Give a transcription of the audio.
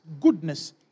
Goodness